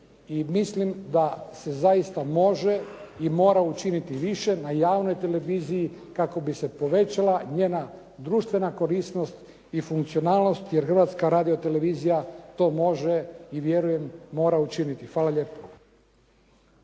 mislim da se zaista može i mora učiniti više na javnoj televiziji kako bi se povećala njena društvena korisnost i funkcionalnost, jer Hrvatska radiotelevizija to može i vjerujem mora učiniti. Hvala lijepo.